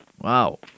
Wow